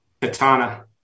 Katana